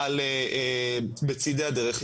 בצידי הדרך,